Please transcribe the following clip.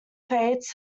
fates